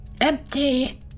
Empty